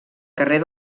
carrer